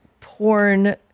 porn